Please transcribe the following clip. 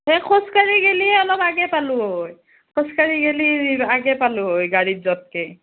হে খোজকাঢ়ি গ'লে অলপ আগেয়ে পালো হয় খোজকাঢ়ি গ'লে আগে পালো হয় গাড়ীত যোৱাতকৈ